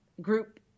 group